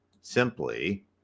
simply